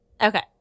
Okay